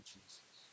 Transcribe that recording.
Jesus